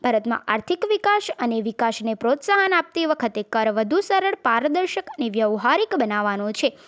ભારતમાં આર્થિક વિકાસ અને વિકાસને પ્રોત્સાહન આપતી વખતે કર વધુ સરળ પારદર્શક અને વ્યવહારિક બનાવવાનો છે